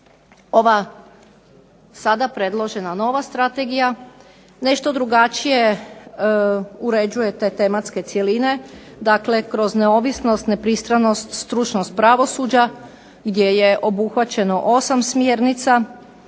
Ova sada predložena nova strategija nešto drugačije uređuje te tematske cjeline, dakle kroz neovisnost, nepristranost, stručnost pravosuđa gdje je obuhvaćeno 8 smjernica,